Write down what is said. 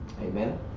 Amen